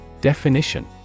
Definition